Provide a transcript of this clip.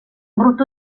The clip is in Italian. brutto